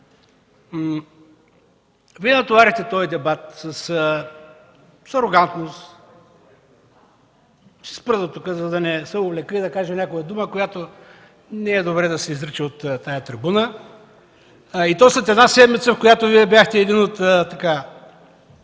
Вие натоварихте този дебат с арогантност. Ще спра дотук, за да не се увлека и да кажа някоя дума, която не е добре да се изрича от тази трибуна. Това става след една седмица, в която бяхте един от